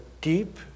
deep